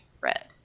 red